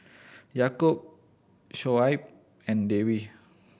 Yaakob Shoaib and Dewi